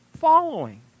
following